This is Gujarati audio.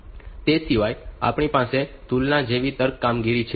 તે સિવાય આપણી પાસે તુલના જેવી તર્ક કામગીરી છે